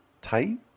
tight